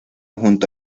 junto